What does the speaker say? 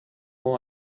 who